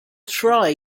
try